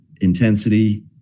intensity